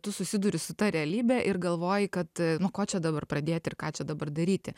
tu susiduri su ta realybe ir galvoji kad nuo ko čia dabar pradėti ir ką čia dabar daryti